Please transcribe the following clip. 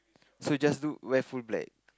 so just do wear full black